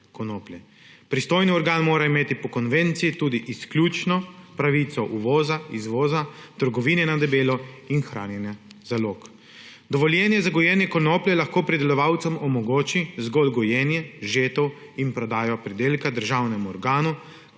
konoplje. Pristojni organ mora imeti po konvenciji tudi izključno pravico uvoza, izvoza, trgovine na debelo in hranjenje zalog. Dovoljenje za gojenje konoplje lahko pridelovalcem omogoči zgolj gojenje, žetev in prodajo pridelka državnemu organu,